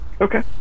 Okay